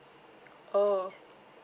oh